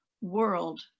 world